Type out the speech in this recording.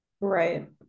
Right